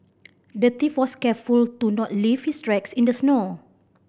the thief was careful to not leave his tracks in the snow